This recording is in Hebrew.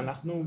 אנחנו